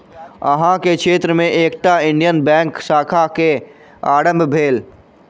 अहाँ के क्षेत्र में एकटा इंडियन बैंकक शाखा के आरम्भ भेल